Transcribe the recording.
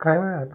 कांय वेळार